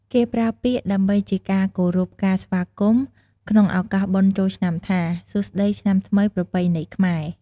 គេប្រើពាក្យដើម្បីជាការគោរពការស្វាគមន៏ក្នុងឱកាសបុណ្យចូលឆ្នាំថា សួស្ដីឆ្នាំថ្មីប្រពៃណីខ្មែរ